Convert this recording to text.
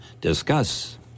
Discuss